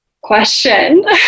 question